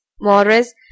Morris